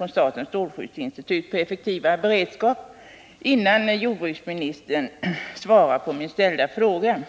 och statens strålskyddsinstituts rapport Effektivare beredskap, innan han svarar på min ställda fråga.